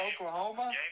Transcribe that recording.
Oklahoma